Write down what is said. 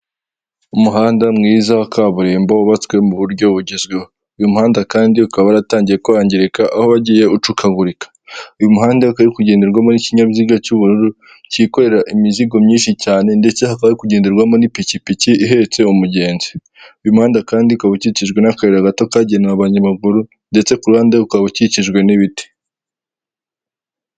Umuhanda mwiza wa kaburimbo wubatswe mu buryo bugezweho. Uyu muhanda kandi ukaba waratangiye kwangirika aho wagiye ucukagurika. Uyu muhanda ukaba uri kugenderwamo n'ikinyabiziga cy'ubururu cyikorera imizigo myinshi cyane ndetse hakaba hari kugenderwamo n'ipikipiki ihetse umugenzi. Uyu muhanda kandi ukaba ukikijwe n'akayira gato kagenewe abanyamaguru ndetse ku ruhande ukaba ukikijwe n'ibiti.